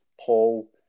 paul